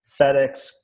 FedEx